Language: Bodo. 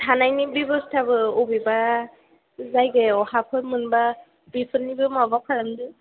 थानायनि बेबस्ताबो बबेबा जायगायाव हाफोर मोनबा बेफोरनिबो माबा खालामदों